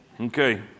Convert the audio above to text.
Okay